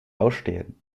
ausstehen